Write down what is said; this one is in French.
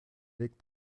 est